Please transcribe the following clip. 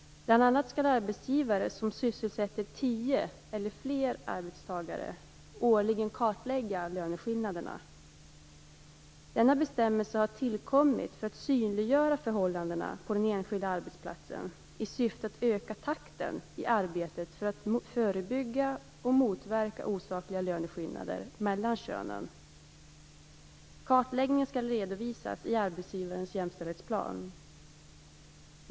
Bl.a. skall arbetsgivare som sysselsätter tio eller fler arbetstagare årligen kartlägga löneskillnaderna. Denna bestämmelse har tillkommit för att synliggöra förhållandena på den enskilda arbetsplatsen i syfte att öka takten i arbetet för att förebygga och motverka osakliga löneskillnader mellan könen. Kartläggningen skall redovisas i arbetsgivarens jämställdhetsplan.